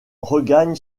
regagne